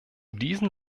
diesen